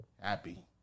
happy